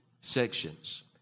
sections